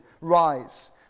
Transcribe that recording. rise